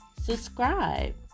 subscribe